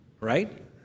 right